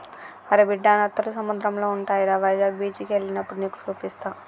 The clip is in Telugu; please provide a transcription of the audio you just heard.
అరే బిడ్డా నత్తలు సముద్రంలో ఉంటాయిరా వైజాగ్ బీచికి ఎల్లినప్పుడు నీకు సూపిస్తా